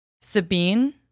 Sabine